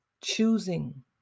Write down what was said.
choosing